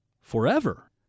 forever